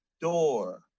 door